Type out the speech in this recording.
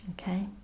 Okay